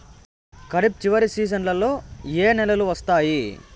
ఖరీఫ్ చివరి సీజన్లలో ఏ నెలలు వస్తాయి?